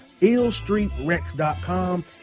IllStreetRex.com